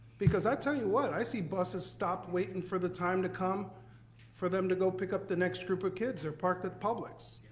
because i'll tell you what, i see buses stop waiting for the time to come for them to go pick up the next group of kids are parked at the publix.